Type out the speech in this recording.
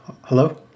hello